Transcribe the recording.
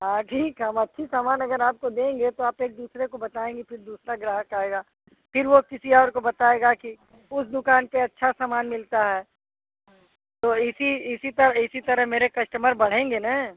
हाँ ठीक है हम अच्छा सामान अगर आपको देंगे तो आप एक दूसरे को बताएँगी फ़िर दूसरा ग्राहक आएगा फ़िर वह किसी और को बताएगा की उस दुकान पर अच्छा सामान मिलता है तो इसी इसी तरह इसी तरह मेरे कस्टमर बढ़ेंगे ना